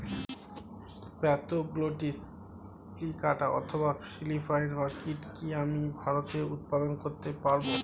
Spathoglottis plicata অথবা Philippine orchid কি আমি ভারতে উৎপাদন করতে পারবো?